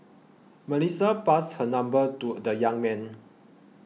Melissa passed her number to the young man